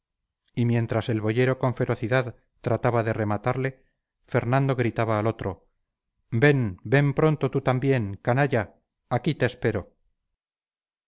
y mientras el boyero con ferocidad trataba de rematarle fernando gritaba al otro ven ven pronto tú también canalla aquí te espero